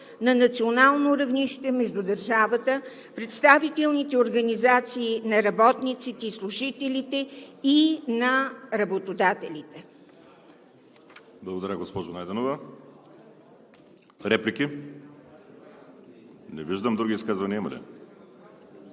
на национално равнище между държавата, представителните организации на работниците и служителите и на работодателите.